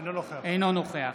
אינו נוכח